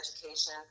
Education